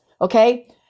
okay